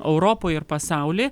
europoj ir pasauly